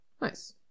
Nice